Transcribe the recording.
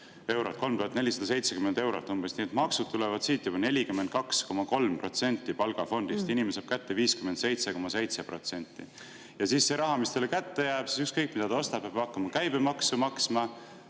3470 eurot umbes. Nii et maksud tulevad siit juba 42,3% palgafondist. Inimene saab kätte 57,7%. Ja siis see raha, mis talle kätte jääb, ükskõik, mida ta ostab, ta peab hakkama käibemaksu maksma.